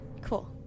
Cool